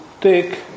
take